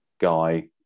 guy